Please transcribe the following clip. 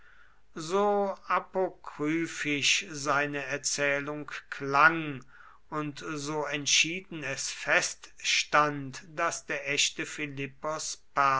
so apokryphisch seine erzählung klang und so entschieden es feststand daß der echte